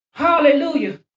Hallelujah